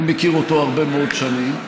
אני מכיר אותו הרבה מאוד שנים.